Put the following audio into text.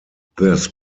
this